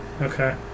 okay